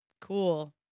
cool